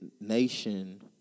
nation